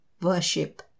worship